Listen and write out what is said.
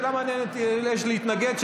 יש שאלה מעניינת אם יש להתנגד,